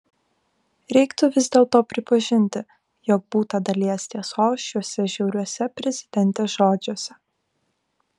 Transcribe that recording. reiktų vis dėlto pripažinti jog būta dalies tiesos šiuose žiauriuose prezidentės žodžiuose